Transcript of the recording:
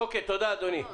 תודה אדוני.